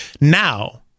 now—